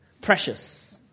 Precious